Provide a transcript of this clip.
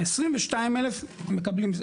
22,000 מקבלים,